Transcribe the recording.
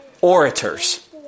orators